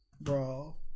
bro